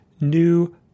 New